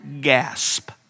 gasp